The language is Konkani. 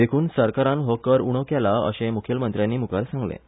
देखून सरकारान हो कर उणो केला अशें मुखेलमंत्र्यान मुखार सांगलें